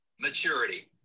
maturity